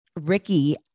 Ricky